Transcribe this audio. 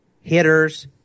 hitters